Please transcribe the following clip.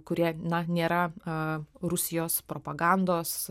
kurie na nėra aaa rusijos propagandos